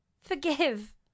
Forgive